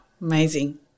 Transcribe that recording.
amazing